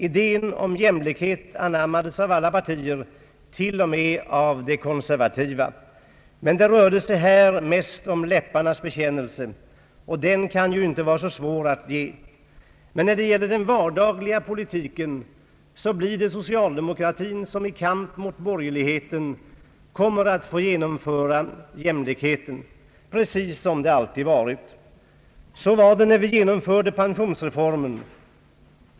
Idén om jämlikhet anammades av alla partier, till och med av de konservativa, men det rörde sig härvid mest om en läp parnas bekännelse, och den kan ju inte vara så svår att ge. Men när det gäller den vardagliga politiken blir det socialdemokratin som i kamp mot borgerligheten kommer att få genomföra jämlikheten — precis som det alltid varit. Så var det när vi genomförde pensionsreformen.